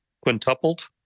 quintupled